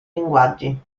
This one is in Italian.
linguaggi